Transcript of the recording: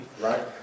right